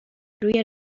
روی